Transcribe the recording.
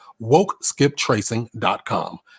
WokeSkipTracing.com